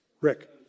Rick